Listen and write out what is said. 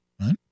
right